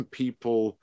people